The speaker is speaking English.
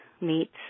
meets